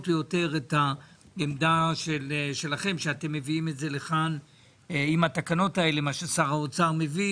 או יותר את העמדה שלכם אותה אתם מביאים לכאן לגבי התקנות שמביא שר האוצר.